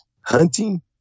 Hunting